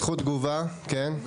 זכות תגובה, כן.